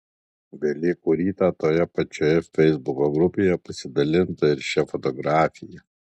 velykų rytą toje pačioje feisbuko grupėje pasidalinta ir šia fotografija